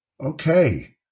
Okay